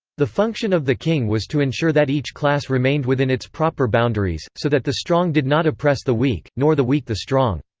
the function of the king was to ensure that each class remained within its proper boundaries, so that the strong did not oppress the weak, nor the weak the strong.